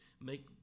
make